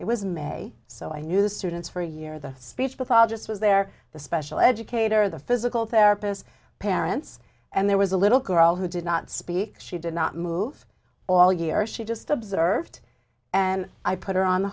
it was may so i knew the students for a year the speech pathologist was there the special educator the physical therapist parents and there was a little girl who did not speak she did not move all year she just observed and i put her on the